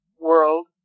world